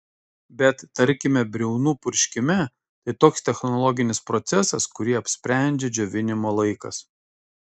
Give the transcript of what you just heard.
bet tarkime briaunų purškime tai toks technologinis procesas kurį apsprendžia džiovinimo laikas